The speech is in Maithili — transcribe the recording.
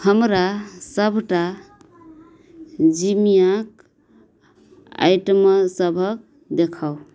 हमरा सबटा जिमियाके आइटम सबकेँ देखाउ